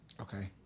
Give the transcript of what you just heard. okay